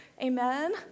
Amen